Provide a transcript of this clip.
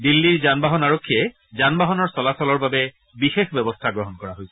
দিল্লীৰ যান বাহন আৰক্ষীয়ে যান বাহনৰ চলাচলৰ বাবে বিশেষ ব্যৱস্থা গ্ৰহণ কৰিছে